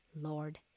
Lord